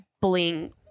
bullying